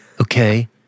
Okay